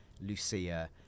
Lucia